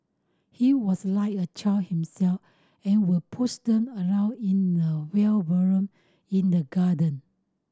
he was like a child himself and would push them around in a wheelbarrow in the garden